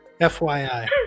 FYI